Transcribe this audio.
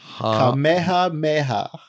Kamehameha